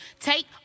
Take